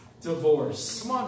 divorce